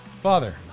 Father